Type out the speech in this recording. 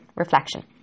Reflection